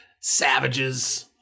savages